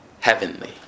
heavenly